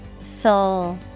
Soul